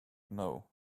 know